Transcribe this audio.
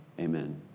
amen